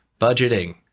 budgeting